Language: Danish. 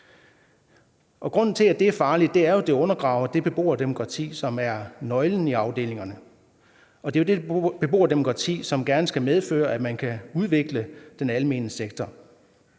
Grunden til, at det er farligt, er jo, at det undergraver det beboerdemokrati, som er nøglen i afdelingerne. Det er jo det beboerdemokrati, som gerne skal medføre, at man kan udvikle den almene sektor.